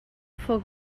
foc